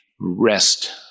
rest